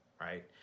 right